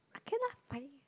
okay lah five